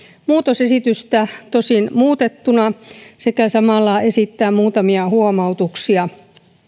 muutosesitystä tosin muutettuna sekä samalla esittää muutamia huomautuksia